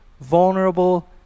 vulnerable